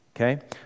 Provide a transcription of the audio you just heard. Okay